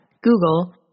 Google